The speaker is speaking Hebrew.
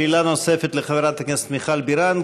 שאלה נוספת לחברת הכנסת מיכל בירן.